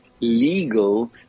legal